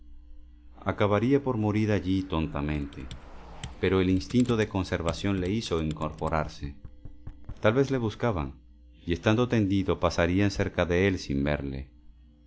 acabaría por morir allí tontamente pero el instinto de conservación le hizo incorporarse tal vez le buscaban y estando tendido pasarían cerca de él sin verle